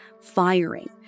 firing